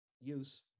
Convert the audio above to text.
use